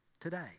today